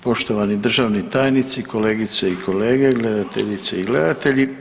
Poštovani državni tajnici, kolegice i kolege, gledateljice i gledatelji.